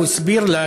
הוא הסביר לי,